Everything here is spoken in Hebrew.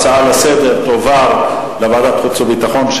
ההצעה לסדר-היום תועבר לוועדת החוץ והביטחון,